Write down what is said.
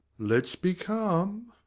let's be calm.